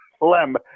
LEM